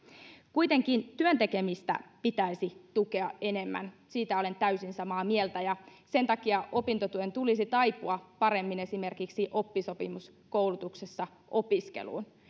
kuitenkin työn tekemistä pitäisi tukea enemmän siitä olen täysin samaa mieltä ja sen takia opintotuen tulisi taipua paremmin esimerkiksi oppisopimuskoulutuksessa opiskeluun